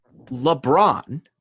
LeBron